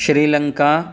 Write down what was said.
Sri Lanka